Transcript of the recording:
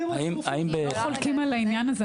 אנחנו לא חולקים על העניין הזה,